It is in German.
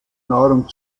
nahrung